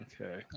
Okay